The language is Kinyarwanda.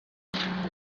nataye